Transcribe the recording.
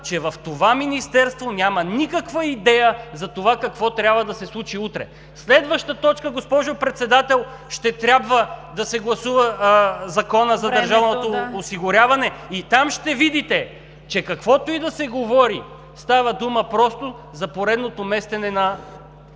че в това Министерство няма никаква идея за това какво трябва да се случи утре. Следваща точка, госпожо Председател, ще трябва да се гласува Законът за държавното осигуряване, и там ще видите, че каквото и да се говори, става дума просто за поредното местене на